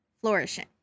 flourishing